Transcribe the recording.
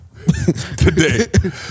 Today